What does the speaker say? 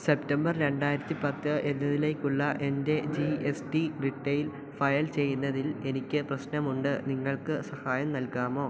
September രണ്ടായിരത്തി പത്ത് എന്നതിലേക്കുള്ള എൻ്റെ G S T return file ചെയ്യുന്നതിൽ എനിക്ക് പ്രശ്നമുണ്ട് നിങ്ങൾക്ക് സഹായം നൽകാമോ